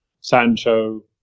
Sancho